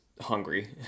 hungry